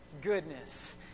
goodness